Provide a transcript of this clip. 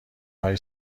های